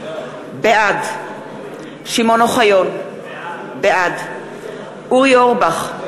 בעד שמעון אוחיון, בעד אורי אורבך,